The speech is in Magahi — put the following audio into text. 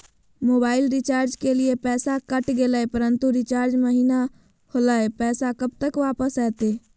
मोबाइल रिचार्ज के लिए पैसा कट गेलैय परंतु रिचार्ज महिना होलैय, पैसा कब तक वापस आयते?